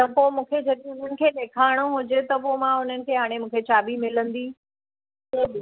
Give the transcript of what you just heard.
त पोइ मूंखे जॾहिं हुननि खे ॾेखारिणो हुजे त पोइ मां हुननि खे हाणे मूंखे चाबी मिलंदी